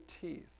teeth